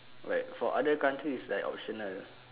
like for other country is like optional